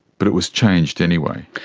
but it was changed anyway.